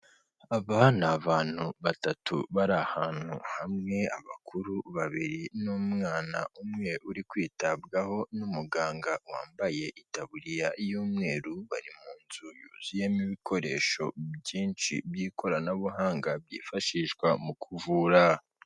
Aba ni abantu batatu bari ahantu hamwe, abakuru babiri n'umwana umwe uri kwitabwaho n'umuganga wambaye itaburiya y'umweru, bari mu nzu yuzuyemo ibikoresho byinshi by'ikoranabuhanga byifashishwa mu kuvura.